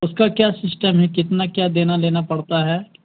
اس کا کیا سسٹم ہے کتنا کیا دینا لینا پڑتا ہے